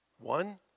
One